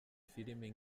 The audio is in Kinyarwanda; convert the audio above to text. filimi